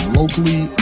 locally